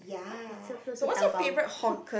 it's so close to Taobao